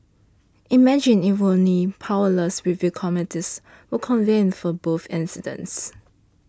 imagine if only powerless review committees were convened for both incidents